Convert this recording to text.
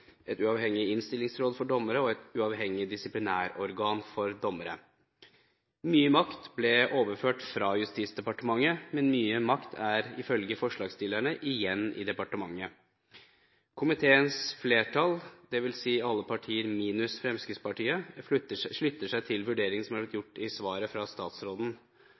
et uavhengig innstillingsråd for dommere og et uavhengig disiplinærorgan for dommere. Mye makt ble overført fra Justisdepartementet, men mye makt er ifølge forslagsstillerne igjen i departementet. Komiteens flertall, dvs. alle partier minus Fremskrittspartiet, slutter seg til vurderingen som er blitt gjort i svaret fra statsråden.